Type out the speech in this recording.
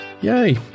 Yay